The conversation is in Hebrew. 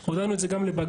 הודענו את זה גם לבג"ץ.